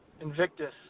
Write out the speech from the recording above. Invictus